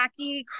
wacky